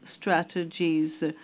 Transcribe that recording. strategies